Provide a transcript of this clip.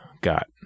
got